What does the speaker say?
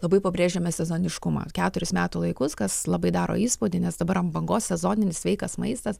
labai pabrėžiame sezoniškumą keturis metų laikus kas labai daro įspūdį nes dabar ant bangos sezoninis sveikas maistas